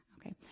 okay